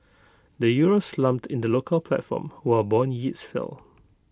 the euro slumped in the local platform while Bond yields fell